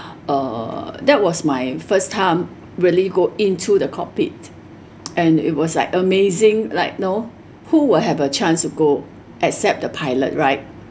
uh that was my first time really go into the cockpit and it was like amazing like know who will have a chance to go except the pilot right